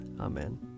Amen